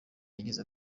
yagize